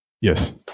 Yes